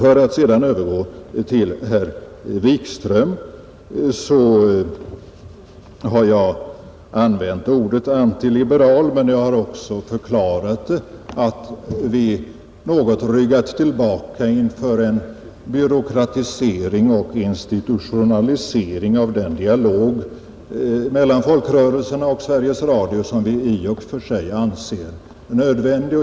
För att sedan övergå till herr Wikström vill jag säga att jag använt ordet antiliberal men att jag också förklarat att vi något ryggat tillbaka inför en byråkratisering och institutionalisering av den dialog mellan folkrörelserna och Sveriges Radio som vi i och för sig anser nödvändig.